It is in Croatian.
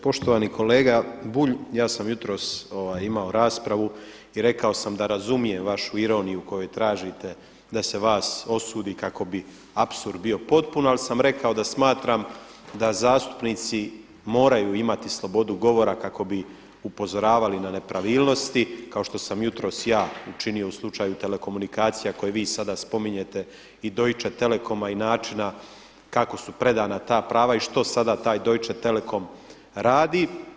Poštovani kolega Bulj, ja sam jutros imao raspravu i rekao sam da razumijem vašu ironiju u kojoj tražite da se vas osudi kako bi apsurd bio potpun, ali sam rekao da smatram da zastupnici moraju imati slobodu govora kako bi upozoravali na nepravilnosti, kao što sam jutros ja učinio u slučaju telekomunikacija koje vi sada spominjete i Deutsche telekoma i načina kako su predana ta prava i što sada taj Deutsche telekom radi.